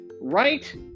right